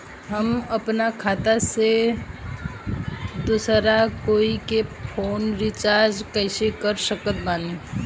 हम अपना खाता से दोसरा कोई के फोन रीचार्ज कइसे कर सकत बानी?